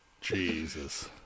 Jesus